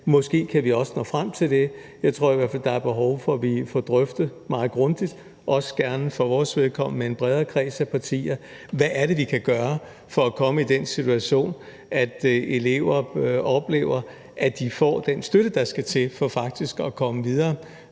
Måske kan vi også nå frem til det. Jeg tror i hvert fald, at der er behov for, at vi får drøftet meget grundigt, også gerne for vores vedkommende i en bredere kreds af partier, hvad det er, vi kan gøre for at komme i den situation, at elever oplever, at de får den støtte, der skal til for faktisk at komme videre